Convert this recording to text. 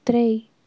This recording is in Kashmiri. ترٛیٚے